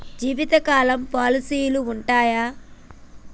జీవితకాలం పాలసీలు ఉంటయా?